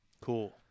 Cool